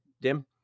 dim